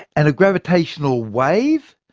and a gravitational wave?